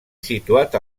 situat